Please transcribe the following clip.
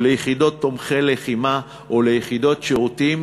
ליחידות תומכי לחימה או ליחידות שירותים,